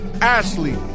Ashley